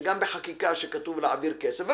שגם כאשר כתוב בחקיקה שיש להעביר כסף לא